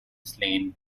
slain